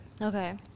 Okay